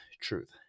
truth